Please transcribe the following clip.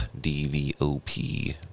D-V-O-P